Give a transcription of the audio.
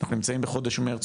אנחנו נמצאים בחודש מרץ,